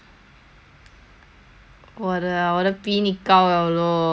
我的 ah 我的比你高了 lor 我的一个两